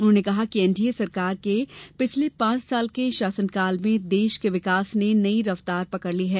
उन्होंने कहा कि एनडीए सरकार के पिछले पांच साल के शासनकाल में देश में विकास ने नई रफ्तार हासिल कर ली है